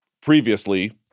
previously